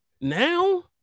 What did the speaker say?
now